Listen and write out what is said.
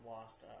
lost